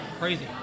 crazy